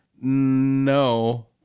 No